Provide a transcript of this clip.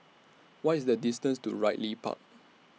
What IS The distance to Ridley Park